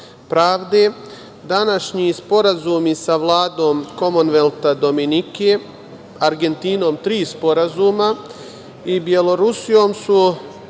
pravde, današnji sporazumi sa Vladom Komonvelta Dominike, Argentinom tri sporazuma i Belorusijom su